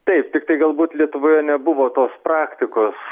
taip tiktai galbūt lietuvoje nebuvo tos praktikos